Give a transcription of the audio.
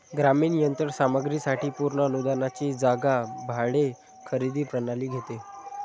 ग्रामीण यंत्र सामग्री साठी पूर्ण अनुदानाची जागा भाडे खरेदी प्रणाली घेते